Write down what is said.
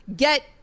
Get